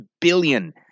billion